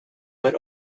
but